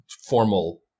formal